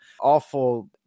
awful